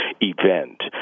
event